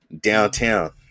downtown